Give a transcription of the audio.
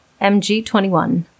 mg21